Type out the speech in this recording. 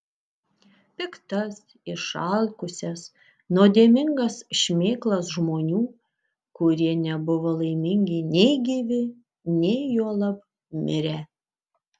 piktas išalkusias nuodėmingas šmėklas žmonių kurie nebuvo laimingi nei gyvi nei juolab mirę